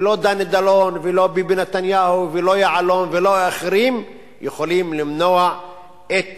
ולא דני דנון ולא ביבי נתניהו ולא יעלון ולא אחרים יכולים למנוע את